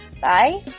Bye